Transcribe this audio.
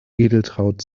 edeltraud